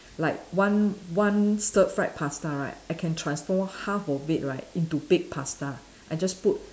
like one one stir fried pasta right I can transform half of it right into baked pasta I just put